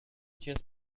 just